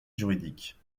juridiques